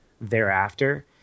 thereafter